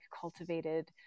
cultivated